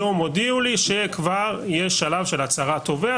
היום הודיעו לי שכבר יש שלב של הצהרת תובע.